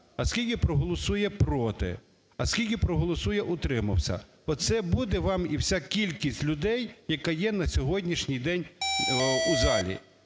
а скільки проголосує проти, а скільки проголосує утримався, оце буде вам і вся кількість людей, яка є на сьогоднішній день у залі.